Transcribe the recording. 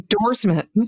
Endorsement